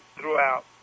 throughout